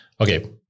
okay